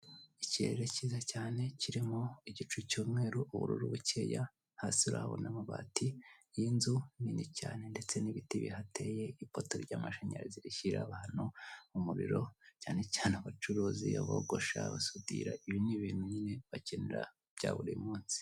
Ikirere cyiza cyane, kirimo igicu cy'umweru, ubururu bukeya, hasi urahabona amabati y'inzu nini cyane, ndetse n'ibiti bihateye, ipoto ry'amashanyarazi rishyira abantu umuriro, cyane cyane abacuruzi, abogosha, abasudira, ibi ni ibintu nyine bakenera bya buri munsi.